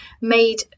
made